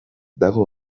dago